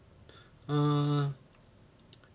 err